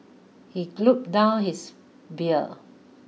he gulped down his beer